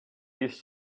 used